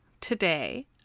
today